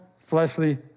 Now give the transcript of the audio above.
fleshly